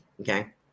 okay